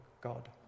God